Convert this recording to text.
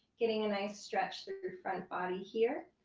getting a nice stretch through your front body here.